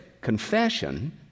confession